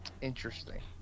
Interesting